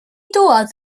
dŵad